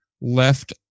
left